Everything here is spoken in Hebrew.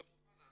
כמובן,